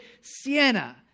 Sienna